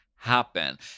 happen